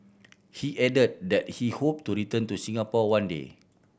he added that he hoped to return to Singapore one day